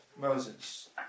Moses